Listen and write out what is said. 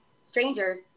strangers